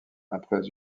après